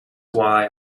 why